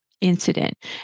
Incident